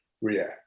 react